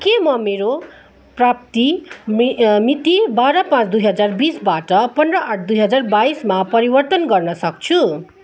के म मेरो प्राप्ति मिति बाह्र पाँच दुई हजार बिसबाट पन्ध्र आठ दुई हजार बाइसमा परिवर्तन गर्न सक्छु